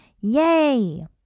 Yay